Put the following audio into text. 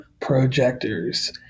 projectors